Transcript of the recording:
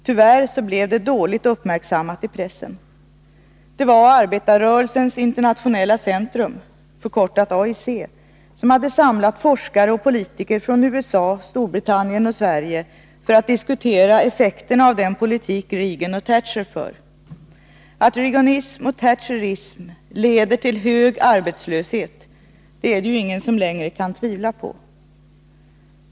Tyvärr blev det dåligt uppmärksammat i pressen. Det var Arbetarrörelsens internationella centrum — förkortat AIC — som samlat forskare och politiker från USA, Storbritannien och Sverige för att diskutera effekterna av den politik Reagan och Thatcher för. Att Reaganism och Thatcherism leder till hög arbetslöshet är det ju ingen som längre kan tvivla på.